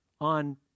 on